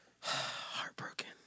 heartbroken